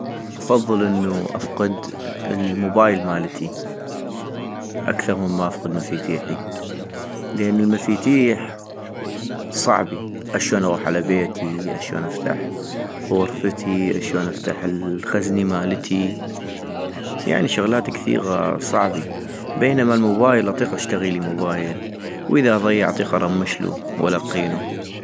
افضل انو افقد الموبايل مالتي اكثغ مما افقد مفيتيحي - لانو المفيتيح صعبي ، اشون اغوح على بيتي ؟ اشون افتح غرفتي؟ اشون افتح الخزني مالتي ؟ ،يعني شغلات كثيغة صعبي - بينما الموبايل اطيق اشتغيلي موبايل ، واذا ضييع اطيق ارمشلو والقينو